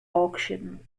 auction